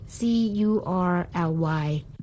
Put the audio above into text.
Curly